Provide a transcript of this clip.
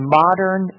modern